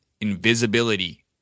invisibility